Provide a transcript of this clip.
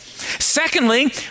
Secondly